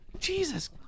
Jesus